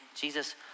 Jesus